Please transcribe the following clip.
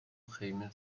خیمه